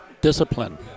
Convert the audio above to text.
discipline